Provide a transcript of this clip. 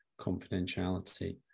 confidentiality